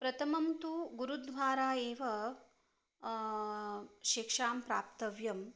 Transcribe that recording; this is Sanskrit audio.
प्रथमं तु गुरुद्वारा एव शिक्षां प्राप्तव्यं